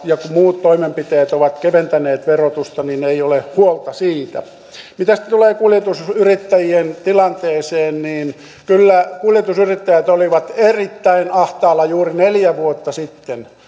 ja kun muut toimenpiteet ovat keventäneet verotusta niin ei ole huolta siitä mitä tulee kuljetusyrittäjien tilanteeseen niin kyllä kuljetusyrittäjät olivat erittäin ahtaalla juuri neljä vuotta sitten